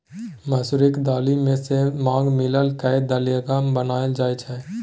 मसुरीक दालि मे साग मिला कय दलिसग्गा बनाएल जाइ छै